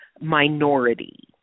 minority